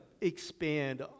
expand